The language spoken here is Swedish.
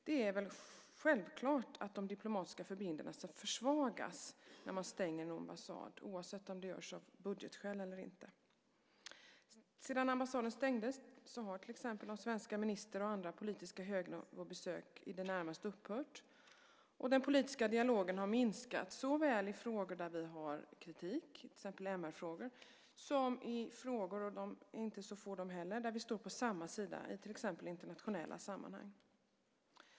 Det är väl självklart att de diplomatiska förbindelserna försvagas när man stänger en ambassad, oavsett om det görs av budgetskäl eller inte. Sedan ambassaden stängdes har till exempel de svenska ministerbesöken och andra politiska högnivåbesök i det närmaste upphört, och den politiska dialogen har minskat såväl i frågor där vi har kritik, till exempel i fråga om MR-frågor, som i frågor där vi står på samma sida, och de är inte så få de heller, till exempel i internationella sammanhang.